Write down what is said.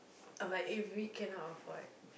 oh but if we cannot afford